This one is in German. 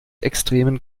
extremen